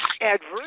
Adverse